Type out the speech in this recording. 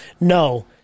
No